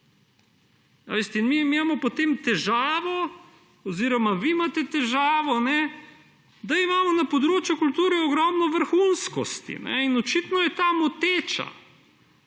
Mi imamo potem težavo oziroma vi imate težavo, da imamo na področju kulture ogromno vrhunskosti, in očitno je ta moteča,